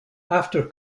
after